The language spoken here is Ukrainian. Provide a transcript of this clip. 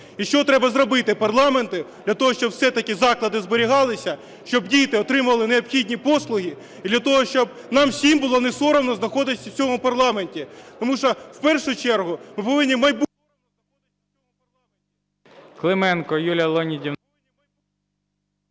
і що треба зробити парламенту для того, щоб все-таки заклади зберігалися, щоб діти отримували необхідні послуги. І для того, щоб нам всім було не соромно знаходитись в цьому парламенті. Тому що, в першу чергу, ми повинні… ГОЛОВУЮЧИЙ.